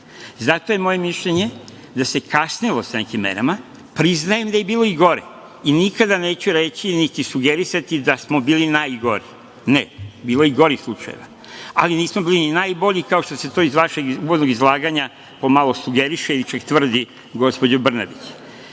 je moje mišljenje da se kasnilo sa nekim merama. Priznajem da je bilo i gore i nikada neću reći, niti sugerisati da smo bili najgori. Ne, bilo je i gorih slučajeva, ali nismo bili ni najbolji, kao što se to iz vašeg uvodnog izlaganja pomalo sugeriše i što tvrdi gospođa Brnabić. Kad